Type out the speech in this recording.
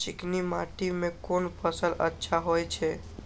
चिकनी माटी में कोन फसल अच्छा होय छे?